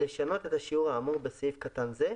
לשנות את השיעור האמור בסעיף קטן זה,